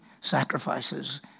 sacrifices